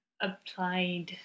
applied